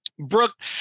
Brooke